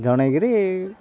ଜଣାଇକିରି